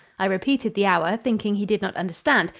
i repeated the hour, thinking he did not understand,